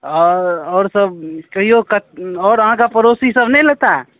आओ आओरसब कहिऔ कऽ आओर अहाँके पड़ोसीसब नहि लेताह